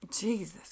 Jesus